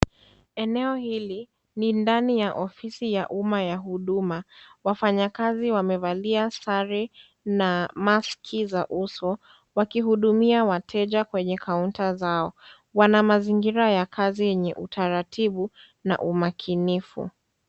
Eneo hili ni ndani ya ofisi ya umma ya huduma. Wafanyakazi wamevalia sare na maski za uso wakihudumia wateja kwenye kaunta zao, wana mazingira ya kazi yenye utaratibu na umakinifu.